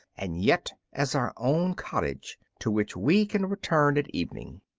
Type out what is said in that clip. and yet as our own cottage, to which we can return at evening.